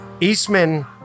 Eastman